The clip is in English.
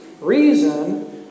reason